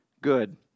good